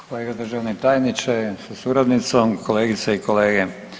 kolega državni tajniče sa suradnicom, kolegice i kolege.